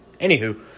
anywho